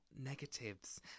negatives